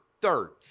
third